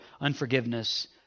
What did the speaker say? unforgiveness